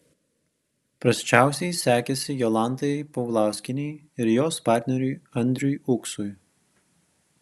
prasčiausiai sekėsi jolantai paulauskienei ir jos partneriui andriui uksui